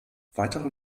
weitere